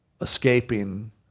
escaping